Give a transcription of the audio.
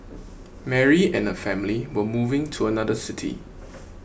Mary and her family were moving to another city